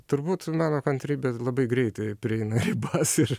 turbūt mano kantrybė labai greitai prieina ribas ir